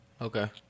Okay